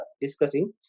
discussing